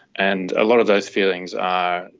and a lot of those feelings are,